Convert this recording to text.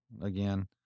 again